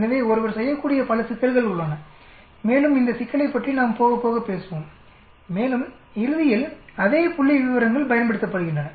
எனவே ஒருவர் செய்யக்கூடிய பல சிக்கல்கள் உள்ளன மேலும் இந்த சிக்கலைப் பற்றி நாம் போகப்போக பேசுவோம் மேலும் இறுதியில் அதே புள்ளிவிவரங்கள் பயன்படுத்தப்படுகின்றன